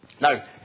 Now